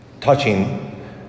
touching